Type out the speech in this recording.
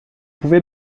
pouvez